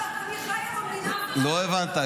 אני חיה במדינה, לא הבנת.